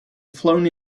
flown